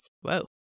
Whoa